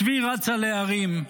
הצבי רץ על ההרים,